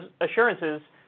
assurances